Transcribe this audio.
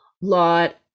lot